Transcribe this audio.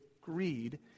greed